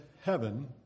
heaven